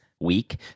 week